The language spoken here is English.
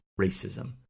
racism